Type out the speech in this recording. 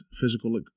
physical